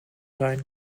zijn